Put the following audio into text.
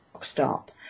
stop